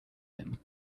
him